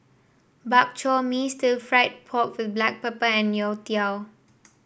Bak Chor Mee Stir Fried Pork with Black Pepper and youtiao